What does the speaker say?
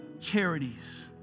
charities